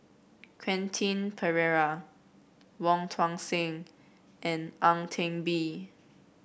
Quentin Pereira Wong Tuang Seng and Ang Teck Bee